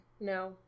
No